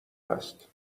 هست